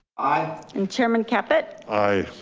aye. and chairman caput? aye.